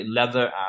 leather